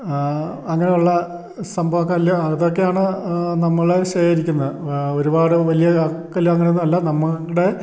അങ്ങനെ ഉള്ള സംഭവം കല്ല് അതെക്കെയാണ് നമ്മൾ ശേഖരിക്കുന്നത് വാ ഒരുപാട് വലിയ ആ കല്ല് അങ്ങനൊന്നും അല്ല നമ്മുടെ